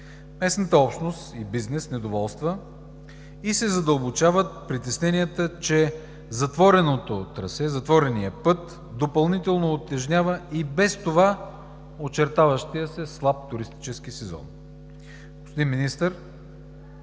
Местната общност и бизнес недоволства и се задълбочават притесненията, че затвореното трасе, затвореният път допълнително утежнява и без това очертаващия се слаб туристически сезон. Господин Министър,